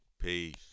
Peace